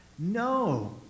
No